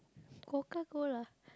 Coca-Cola